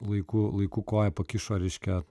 laiku laiku koją pakišo reiškia